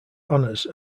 honours